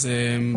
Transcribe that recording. סטייטים.